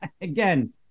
again